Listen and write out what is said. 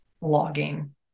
logging